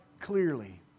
clearly